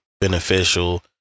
beneficial